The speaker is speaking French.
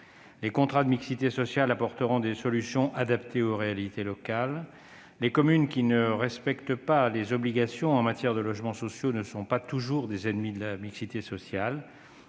Les contrats de mixité sociale apporteront des solutions adaptées aux réalités locales. Les communes qui ne respectent pas les obligations en matière de logements sociaux ne sont pas toujours des ennemis de la mixité sociale.